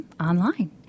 online